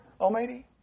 Almighty